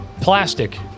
Plastic